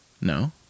no